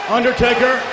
Undertaker